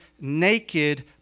naked